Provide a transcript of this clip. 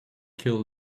kill